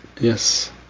Yes